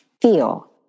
feel